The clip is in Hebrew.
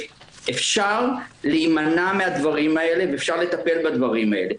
אפשר להימנע מהדברים האלה ואפשר לטפל בדברים האלה.